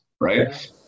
right